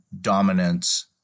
dominance